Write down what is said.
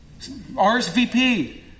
RSVP